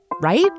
right